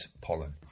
Pollen